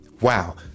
Wow